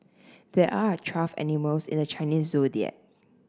there are twelve animals in the Chinese Zodiac